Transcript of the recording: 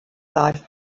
life